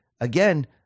again